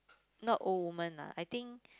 not old woman ah I think